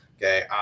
Okay